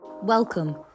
Welcome